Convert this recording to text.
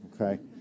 okay